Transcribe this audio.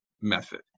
method